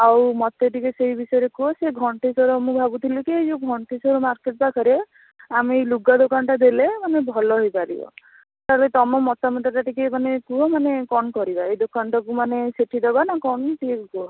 ଆଉ ମୋତେ ଟିକେ ସେଇ ବିଷୟରେ କୁହ ସେ ଘଣ୍ଟେଶ୍ଵର ମୁଁ ଭାବୁଥିଲି କି ଏ ଯେଉଁ ଘଣ୍ଟେଶ୍ଵର ମାର୍କେଟ ପାଖରେ ଆମେ ଏଇ ଲୁଗା ଦୋକାନଟା ଦେଲେ ମାନେ ଭଲ ହେଇପାରିବ ତା'ହେଲେ ତମ ମତାମତଟା ଟିକିଏ ମାନେ କୁହ ମାନେ କଣ କରିବା ଏଇ ଦୋକାନଟାକୁ ମାନେ ସେଠି ଦେବା ନା କ'ଣ ଟିକେ କୁହ